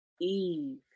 Eve